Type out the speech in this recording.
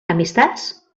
amistats